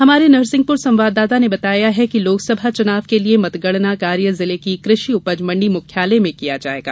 हमारे नरसिंहपुर संवाददाता ने बताया कि लोकसभा चुनाव के लिये मतगणना कार्य जिले की कृषि उपज मंडी मुख्यालय में किया जाएगा